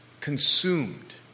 consumed